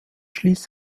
schließt